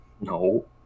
No